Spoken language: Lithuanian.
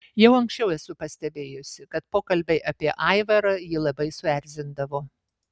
jau anksčiau esu pastebėjusi kad pokalbiai apie aivarą jį labai suerzindavo